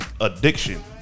Addiction